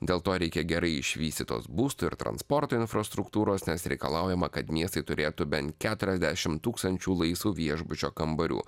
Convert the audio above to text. dėl to reikia gerai išvystytos būsto ir transporto infrastruktūros nes reikalaujama kad miestai turėtų bent keturiasdešim tūkstančių laisvų viešbučio kambarių